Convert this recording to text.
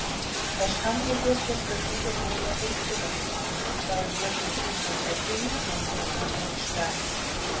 kažkam reikės pastatyti naują virtuvę gal vietoj tų bufetinių antrame aukšte